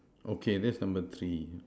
okay that's number three